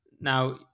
now